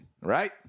right